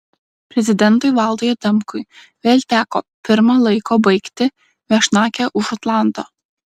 prezidentui valdui adamkui vėl teko pirma laiko baigti viešnagę už atlanto